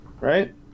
right